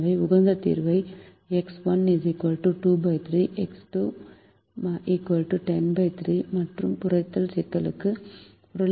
எனவே உகந்த தீர்வு எக்ஸ் 1 23 எக்ஸ் 2 103 மற்றும் குறைத்தல் சிக்கலுக்கு புறநிலை செயல்பாடு 643 ஆகும்